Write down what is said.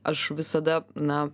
aš visada na